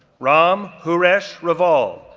ram haresh raval,